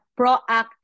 proactive